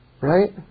Right